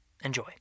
Enjoy